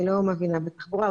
אני לא מבינה בתחבורה,